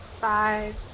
five